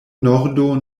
nordo